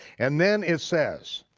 and then it says,